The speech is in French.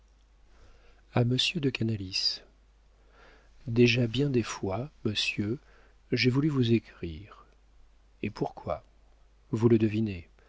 de canalis déjà bien des fois monsieur j'ai voulu vous écrire et pourquoi vous le devinez